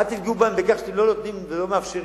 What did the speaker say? אל תפגעו בהם בכך שאתם לא נותנים ולא מאפשרים